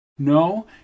No